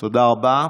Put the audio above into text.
תודה רבה.